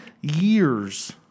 years